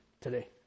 today